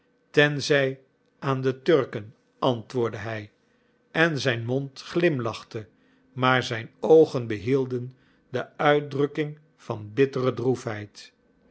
tenzij aan de turken antwoordde hij en zijn mond glimlachte maar zijn oogen behielden de uitdrukking van bittere